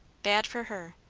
bad for her.